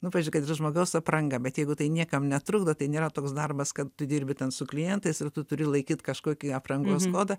nu pavyzdžiui kad ir žmogaus apranga bet jeigu tai niekam netrukdo tai nėra toks darbas kad tu dirbi ten su klientais ir tu turi laikyt kažkokį aprangos kodą